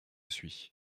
suis